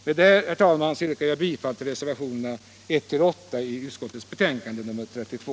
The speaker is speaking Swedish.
Med detta, herr talman, yrkar jag bifall till reservationerna 1-8 i civilutskottets betänkande nr 32.